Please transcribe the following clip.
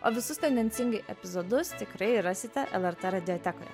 o visus tendencingai epizodus tikrai rasite lrt radiotekoje